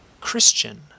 Christian